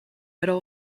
middle